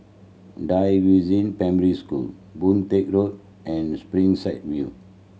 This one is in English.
Da Primary School Boon Teck Road and Springside View